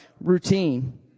routine